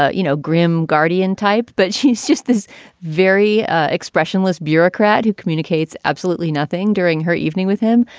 ah you know, grim guardian type. but she's just this very expressionless bureaucrat who communicates absolutely nothing during her evening with him,